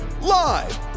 Live